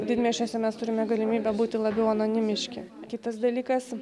didmiesčiuose mes turime galimybę būti labiau anonimiški kitas dalykas